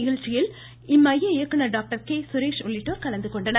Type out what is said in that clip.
நிகழ்ச்சியில் இம்மைய இயக்குநர் டாக்டர் கே கே சுரேஷ் உள்ளிட்டோர் கலந்துகொண்டனர்